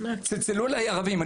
צלצלו אליי ערבים: